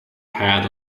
head